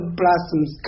blossoms